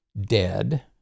dead